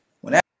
whenever